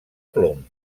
plom